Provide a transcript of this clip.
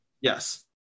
Yes